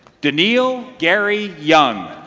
deneill gary young.